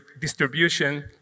distribution